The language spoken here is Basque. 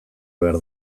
behar